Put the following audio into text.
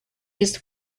used